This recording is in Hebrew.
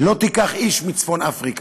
"לא תיקח איש מצפון-אפריקה".